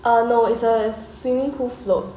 err no it's a swimming pool float